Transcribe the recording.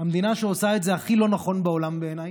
המדינה שעושה את זה הכי לא נכון בעולם, בעיניי,